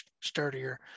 sturdier